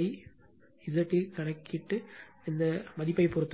I Z T கணக்கீடு இந்த மதிப்பைப் பெற்றது